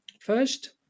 First